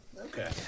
Okay